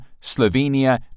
Slovenia